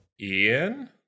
Ian